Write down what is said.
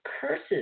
curses